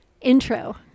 intro